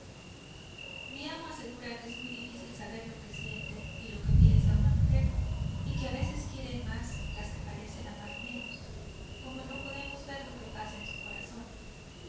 mi amo asegura que es muy difícil saber lo que siente y lo que piensa una mujer y que a veces quieren más las que parecen amar menos como no podemos ver lo que pasa en su corazón